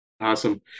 Awesome